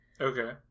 Okay